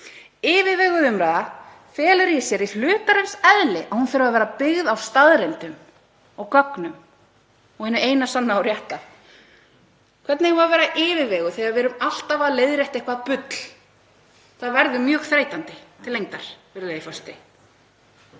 Yfirveguð umræða felur í sér, í hlutarins eðli, að hún þurfi að vera byggð á staðreyndum og gögnum og hinu eina sanna og rétta. Hvernig eigum við að vera yfirveguð þegar við erum alltaf að leiðrétta eitthvert bull? Það verður mjög þreytandi til lengdar, virðulegi forseti.